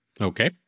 Okay